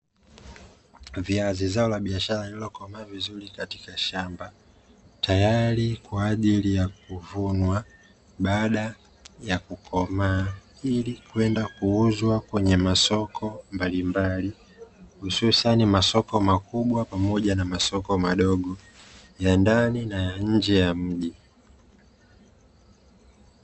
Viazi zao la biashara, lililokomaa vizuri katika shamba, tayari kwa ajili ya kuvunwa baada ya kukomaa, ili kwenda kuuzwa kwenye masoko mbalimbali hususani masoko makubwa, pamoja na masoko madogo ya ndani na ya nje ya mji.